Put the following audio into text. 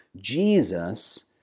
Jesus